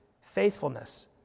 faithfulness